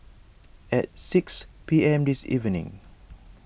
at six P M this evening